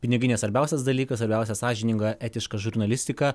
pinigai ne svarbiausias dalykas svarbiausia sąžininga etiška žurnalistika